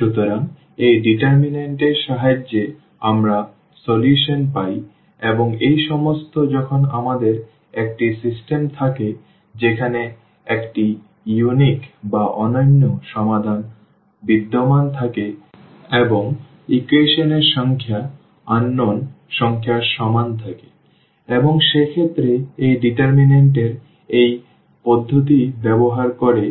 সুতরাং এই ডিটার্মিন্যান্ট এর সাহায্যে আমরা সমাধান পাই এবং এটি সম্ভব যখন আমাদের একটি সিস্টেম থাকে যেখানে একটি অনন্য সমাধান বিদ্যমান থাকে এবং ইকুয়েশন এর সংখ্যা অজানা সংখ্যার সমান থাকে এবং সেক্ষেত্রে এই ডিটার্মিন্যান্ট এর এই পদ্ধতি ব্যবহার করে